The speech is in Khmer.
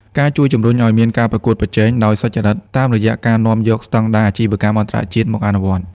វាជួយជំរុញឱ្យមានការប្រកួតប្រជែងដោយសុច្ចរិត តាមរយៈការនាំយកស្ដង់ដារអាជីវកម្មអន្តរជាតិមកអនុវត្ត។